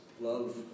love